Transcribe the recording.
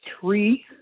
three